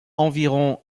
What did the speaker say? environ